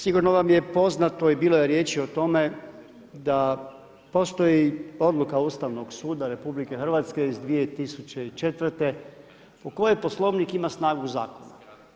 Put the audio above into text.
Sigurno vam je poznato i bilo je riječi i o tome, da postoji i odluka Ustavnog suda RH iz 2004. u kojem Poslovnik ima snagu zakona.